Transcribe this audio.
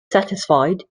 satisfied